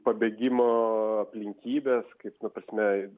pabėgimo aplinkybes kaip nu prasme